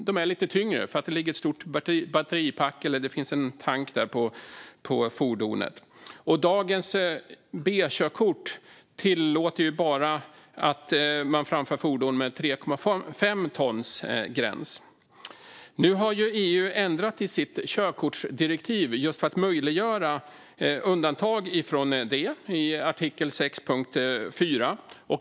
De är lite tyngre, för det finns ett stort batteripack eller en tank på fordonet, och dagens B-körkort tillåter bara att man kör fordon med 3,5 tons vikt. Nu har EU ändrat i sitt körkortsdirektiv just för att möjliggöra undantag från detta, i artikel 6.4.